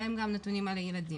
בהם גם נתונים על הילדים.